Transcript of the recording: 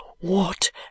What